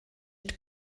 mit